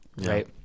right